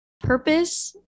purpose